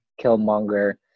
Killmonger